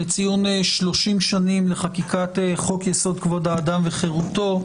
לציון שלושים שנים לחקיקת חוק יסוד: כבוד האדם וחירותו,